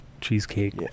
cheesecake